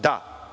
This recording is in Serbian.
Da.